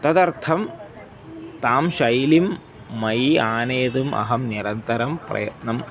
तदर्थं तां शैलीं मयि आनेतुम् अहं निरन्तरं प्रयत्नं